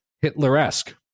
Hitler-esque